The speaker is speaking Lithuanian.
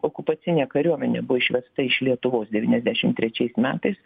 okupacinė kariuomenė buvo išvesta iš lietuvos devyniasdešim trečiais metais